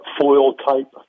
foil-type